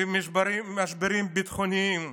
משברים ביטחוניים,